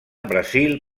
brasil